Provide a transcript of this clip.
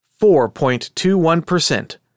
4.21%